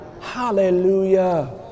Hallelujah